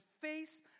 face